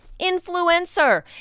influencer